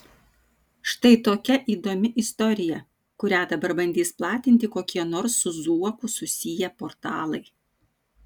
štai tokia įdomi istorija kurią dabar bandys platinti kokie nors su zuoku susiję portalai